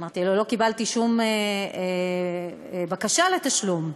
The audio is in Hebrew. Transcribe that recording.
אמרתי: לא קיבלתי שום בקשה לתשלום.